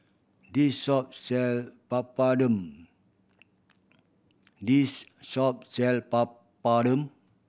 this shop sell Papadum this shop sell Papadum